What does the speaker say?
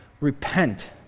repent